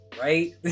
Right